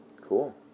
Cool